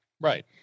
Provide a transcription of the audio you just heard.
Right